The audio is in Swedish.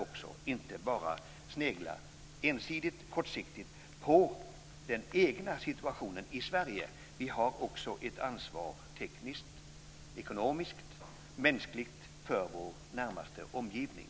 Vi kan inte bara ensidigt och kortsiktigt snegla på den egna situationen i Sverige. Vi har också ett ansvar tekniskt, ekonomiskt och mänskligt för vår närmaste omgivning.